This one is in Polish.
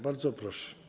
Bardzo proszę.